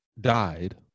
died